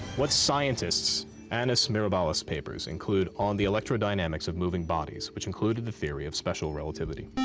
what scientist annus mirabilis papers include on the electrodynamics of moving bodies, which included the theory of special relativity?